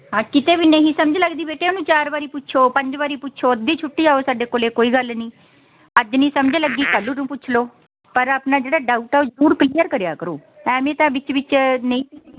ਹਾਂ ਕਿਤੇ ਵੀ ਨਹੀਂ ਸਮਝ ਲੱਗਦੀ ਬੇਟੇ ਉਹਨੂੰ ਚਾਰ ਵਾਰੀ ਪੁੱਛੋ ਪੰਜ ਵਾਰੀ ਪੁੱਛੋ ਅੱਧੀ ਛੁੱਟੀ ਆਓ ਸਾਡੇ ਕੋਲ ਕੋਈ ਗੱਲ ਨਹੀਂ ਅੱਜ ਨਹੀਂ ਸਮਝ ਲੱਗੀ ਕੱਲ ਨੂੰ ਪੁੱਛ ਲਓ ਪਰ ਆਪਣਾ ਜਿਹੜਾ ਡਾਊਟ ਆ ਉਹ ਜ਼ਰੂਰ ਕਲੀਅਰ ਕਰਿਆ ਕਰੋ ਐਵੇਂ ਤਾਂ ਵਿੱਚ ਵਿੱਚ ਨਹੀਂ ਤੁਸੀਂ